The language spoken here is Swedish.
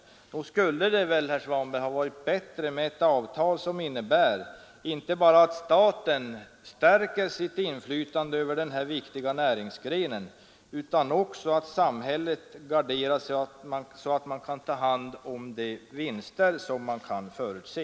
Då skulle det väl, herr Svanberg, ha varit bättre med ett avtal som innebär inte bara att staten stärker sitt inflytande över den här viktiga näringsgrenen utan också att samhället garderar sig så att man kan ta hand om de vinster som man kan förutse.